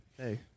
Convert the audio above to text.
Hey